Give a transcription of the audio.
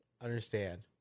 Understand